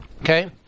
okay